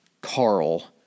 Carl